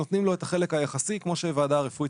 נותנים לו את החלק היחסי כמו שוועדה רפואית